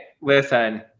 listen